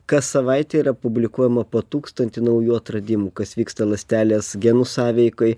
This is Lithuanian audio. kas savaitę yra publikuojama po tūkstantį naujų atradimų kas vyksta ląstelės genų sąveikoj